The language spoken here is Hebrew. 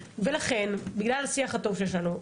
בגלל השיח הטוב שיש לנו,